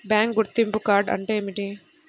Bank గుర్తింపు card అంటే ఏమిటి?